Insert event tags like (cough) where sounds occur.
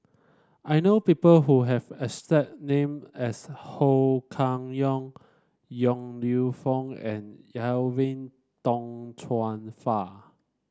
I know people who have a (unintelligible) name as Ho Kah Leong Yong Lew Foong and Edwin Tong Chun Fai